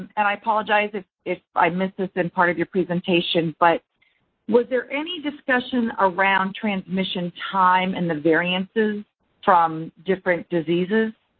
and i apologize if if i missed this in part of your presentation, but was there any discussion around transmission time and the variances from different diseases?